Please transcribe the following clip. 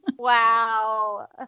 Wow